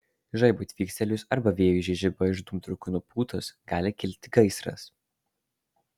žaibui tvykstelėjus arba vėjui žiežirbą iš dūmtraukių nupūtus gali kilti gaisras